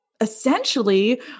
essentially